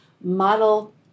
model